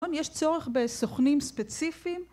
יש צורך בסוכנים ספציפיים